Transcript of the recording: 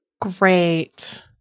great